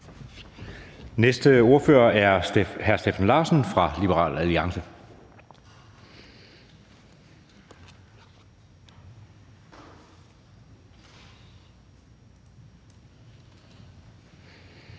Næste ordfører er hr. Steffen Larsen fra Liberal Alliance.